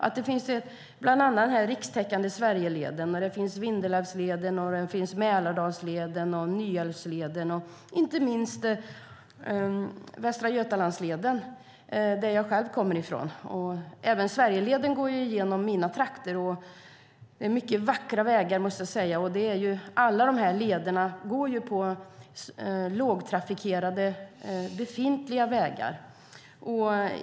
Bland annat finns den rikstäckande Sverigeleden, Vindelälvsleden, Mälardalsleden, Nyälvsleden och inte minst Västra Götalandsleden, det område som jag själv kommer från. Även Sverigeleden går genom mina hemtrakter, och det är mycket vackra vägar. Alla dessa leder går på lågtrafikerade befintliga vägar.